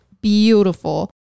beautiful